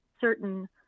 certain